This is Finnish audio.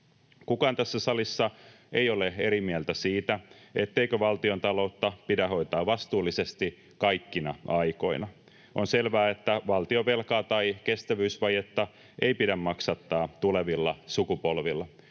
Kukaan tässä salissa ei ole eri mieltä siitä, etteikö valtiontaloutta pidä hoitaa vastuullisesti kaikkina aikoina. On selvää, että valtionvelkaa tai kestävyysvajetta ei pidä maksattaa tulevilla sukupolvilla.